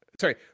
Sorry